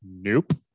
Nope